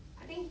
I think